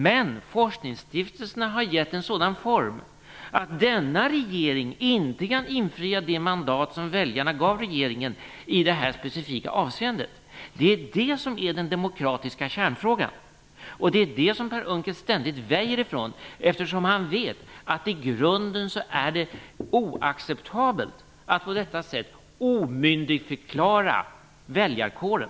Men forskningsstiftelserna har givits en sådan form att denna regeringen inte kan infria det mandat som väljarna gav regeringen i detta specifika avseende. Det är det som är den demokratiska kärnfrågan. Det är det som Per Unckel ständigt väjer för eftersom han vet att det i grunden är oacceptabelt att på detta sätt omyndigförklara väljarkåren.